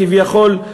כביכול,